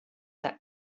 that